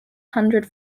hundred